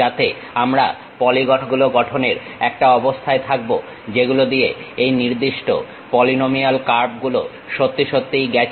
যাতে আমরা পলিগন গুলো গঠনের একটা অবস্থায় থাকবো যেগুলো দিয়ে এই নির্দিষ্ট পলিনোমিয়াল কার্ভগুলো সত্যি সত্যিই গেছে